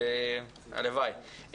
הלוואי.